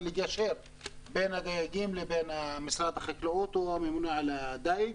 לגשר בין הדייגים למשרד החקלאות או הממונה על הדייג,